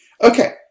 Okay